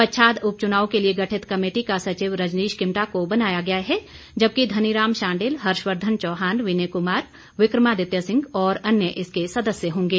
पच्छाद उपचुनाव के लिए गठित कमेटी का सचिव रजनीश किमटा को बनाया गया है जबकि धनीराम शांडिल हर्षवर्धन चौहान विनय कुमार विक्रमादित्य सिंह और अन्य इसके सदस्य होंगे